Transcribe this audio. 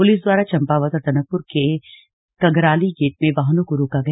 police द्वारा चम्पावत और टनकपुर के कगराली गेट में वाहनों को रोका गया